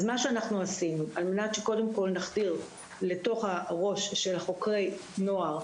מה שאנחנו עשינו על מנת שנחדיר לתוך הראש של חוקרי נוער,